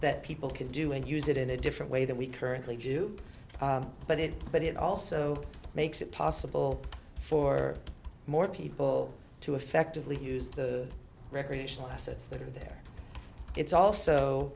that people can do and use it in a different way than we currently do but it but it also makes it possible for more people to effectively use the recreational assets that are there it's also